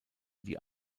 die